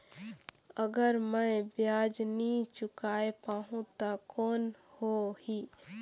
अगर मै ब्याज नी चुकाय पाहुं ता कौन हो ही?